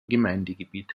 gemeindegebiet